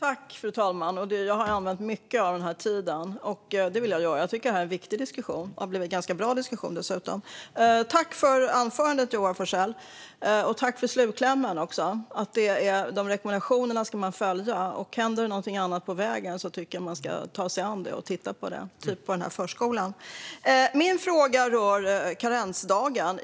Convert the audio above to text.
Fru talman! Jag har använt mycket av tiden. Det vill jag göra; jag tycker att det här är en viktig diskussion, och det har dessutom blivit en ganska bra diskussion. Tack för anförandet, Joar Forssell! Jag tackar också för slutklämmen - att man ska följa rekommendationerna. Händer det något annat på vägen, typ som på den här förskolan, tycker jag att man ska ta sig an det och titta på det. Min fråga rör karensdagen.